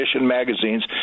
magazines